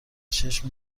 چشم